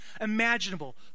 imaginable